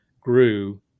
grew